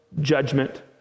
judgment